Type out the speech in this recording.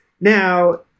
now